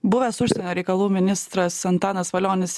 buvęs užsienio reikalų ministras antanas valionis